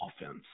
offense